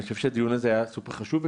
אני חושב שהדיון הזה היה סופר חשוב,